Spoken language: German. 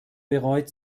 bereut